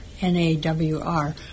N-A-W-R